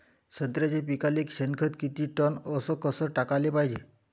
संत्र्याच्या पिकाले शेनखत किती टन अस कस टाकाले पायजे?